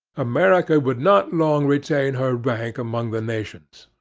america would not long retain her rank among the nations.